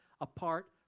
apart